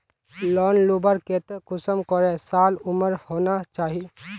Loan लुबार केते कुंसम करे साल उमर होना चही?